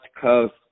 Coast